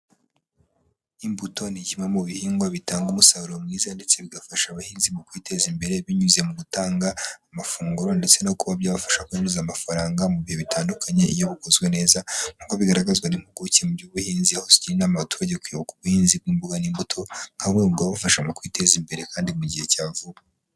Imbuto ni kimwe mu bihingwa bitanga umusaruro mwiza ndetse bigafasha abahinzi mu kwiteza imbere, binyuze mu gutanga amafunguro ndetse no kuba byabafasha kwinjiza amafaranga mu bihe bitandukanye iyo bukozwe neza, nkuko bigaragazwa n'impuguke mu by'ubuhinzi aho zigira inama abaturage kuyoboka ubuhinzi bw'imboga n'imbuto, nka bumwe mu bwabafasha mu kwiteza imbere kandi mu gihe cya vuba.